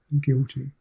guilty